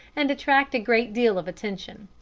and attract a great deal of attention.